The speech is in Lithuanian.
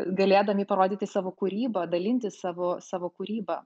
galėdami parodyti savo kūrybą dalintis savo savo kūryba